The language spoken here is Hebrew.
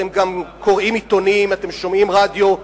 אתם קוראים עיתונים ושומעים רדיו,